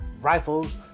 rifles